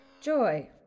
Joy